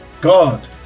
God